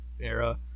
era